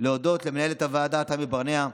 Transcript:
להודות למנהלת הוועדה תמי ברנע,